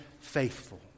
faithful